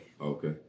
Okay